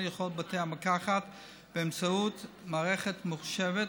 לכל בתי המרקחת באמצעות מערכת ממוחשבת,